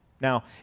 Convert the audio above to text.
Now